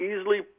easily